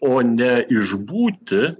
o ne išbūti